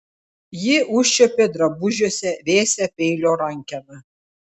ji užčiuopė drabužiuose vėsią peilio rankeną